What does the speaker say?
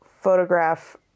photograph